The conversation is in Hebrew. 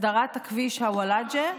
הסדרת הכביש אל-ולג'ה,